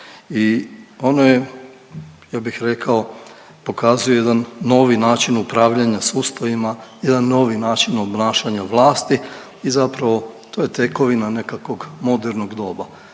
i ono je ja bih rekao pokazuje jedan novi način upravljanja sustavima, jedan novi način obnašanja vlasti i zapravo to je tekovina nekakvog modernog doba.